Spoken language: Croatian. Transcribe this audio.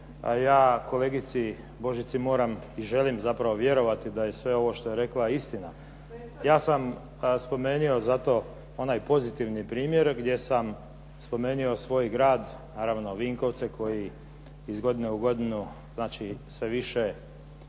ja kolegici Božici moram i želim zapravo vjerovati da je sve ovo što je rekla istina. Ja sam spomenuo zato onaj pozitivni primjer gdje sam spomenuo svoj grad, naravno Vinkovce koji iz godine u godinu, znači sve više